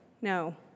no